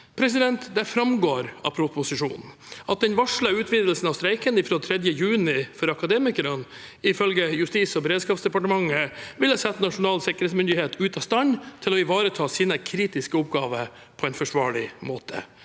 og sikkerhet. Det framgår av proposisjonen at den varslede utvidelsen av streiken fra 3. juni for Akademikerne ifølge Justis- og beredskapsdepartementet ville satt Nasjonal sikkerhetsmyndighet ute av stand til å ivareta sine kritiske oppgaver på en forsvarlig måte,